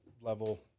level